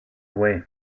away